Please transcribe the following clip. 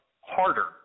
harder